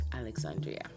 Alexandria